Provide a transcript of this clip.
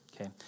Okay